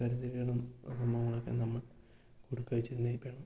കരുതലുകളും ആ സംഭവങ്ങളൊക്കെ നമ്മൾ ഒടുക്കമായി ചെന്നപ്പോഴാണ്